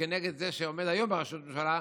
נגד זה שעומד היום בראשות ממשלה,